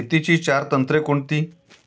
शेतीची चार तंत्रे कोणती?